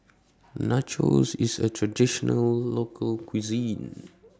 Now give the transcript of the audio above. Nachos IS A Traditional Local Cuisine